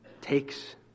takes